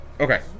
Okay